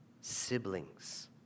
siblings